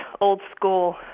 old-school